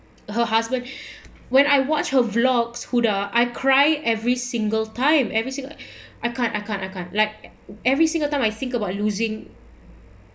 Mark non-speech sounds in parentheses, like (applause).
her husband (breath) when I watched her vlogs huda I cry every single time every single I can't I can't I can't like every single time I think about losing